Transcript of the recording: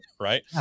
Right